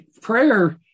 Prayer